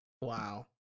Wow